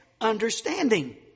understanding